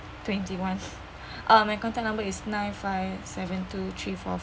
twenty one um my contact number is nine five seven two three four